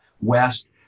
west